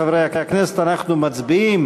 חברי הכנסת, אנחנו מצביעים